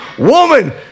Woman